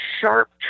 sharp